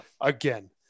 again